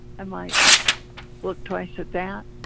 i might look twice at that,